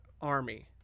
army